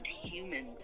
human